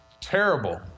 terrible